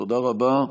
תודה רבה.